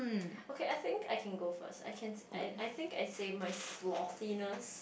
okay I think I can go first I can I I think I save my sloppiness